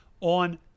on